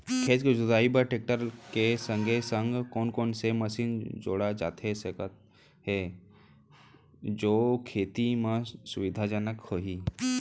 खेत के जुताई बर टेकटर के संगे संग कोन कोन से मशीन जोड़ा जाथे सकत हे जो खेती म सुविधाजनक होही?